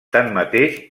tanmateix